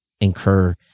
incur